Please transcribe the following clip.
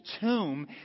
tomb